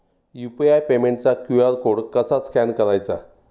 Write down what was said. UPI पेमेंटचा QR code कसा scan करायचा?